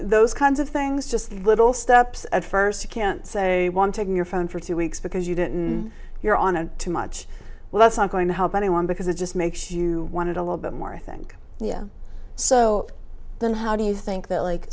those kinds of things just little steps at first you can say one taking your phone for two weeks because you didn't you're on a too much well that's not going to help anyone because it just makes you wanted a little bit more i think yeah so then how do you think that like